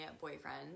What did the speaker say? boyfriend